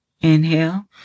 Inhale